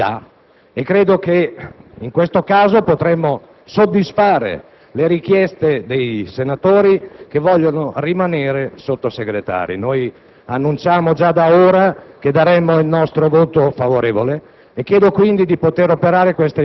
la situazione attuale ci dà e che, in questo caso, potremo soddisfare le richieste dei senatori che vogliono rimanere Sottosegretari. Annunciamo sin d'ora che daremo il nostro voto favorevole.